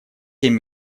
семь